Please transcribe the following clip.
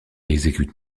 exécute